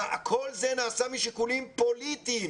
כל זה נעשה משיקולים פוליטיים